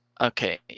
Okay